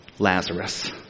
Lazarus